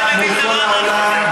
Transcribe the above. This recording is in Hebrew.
לדין זה לא אנחנו, אדוני.